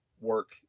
work